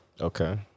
Okay